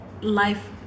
life